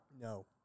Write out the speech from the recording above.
No